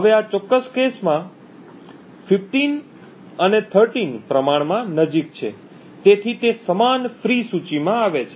હવે આ ચોક્કસ કેસમાં 15 અને 13 પ્રમાણમાં નજીક છે તેથી તે સમાન ફ્રી સૂચિમાં આવે છે